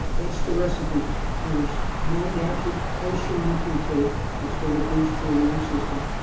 that's the recipe. there's no magic potion you can take that's gonna boost your immune system.